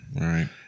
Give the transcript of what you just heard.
Right